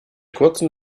kurzen